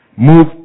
Move